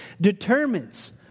determines